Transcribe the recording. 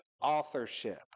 authorship